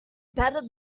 better